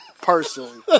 person